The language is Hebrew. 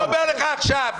אני אומר לך עכשיו,